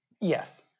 yes